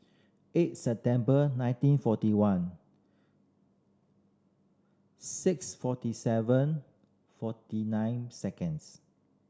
eight September nineteen forty one six forty seven forty nine seconds